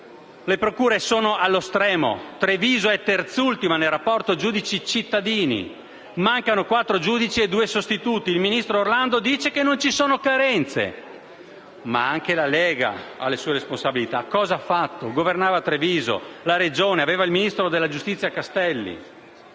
Le procure sono allo stremo: Treviso è terzultima nel rapporto giudici-cittadini. Mancano quattro giudici e due sostituti. Il ministro Orlando dice che non ci sono carenze. Ma anche la Lega ha le sue responsabilità. Cosa ha fatto? Governava Treviso, la Regione e aveva il ministro della giustizia Castelli.